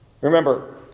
Remember